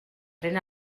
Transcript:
tren